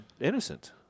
innocent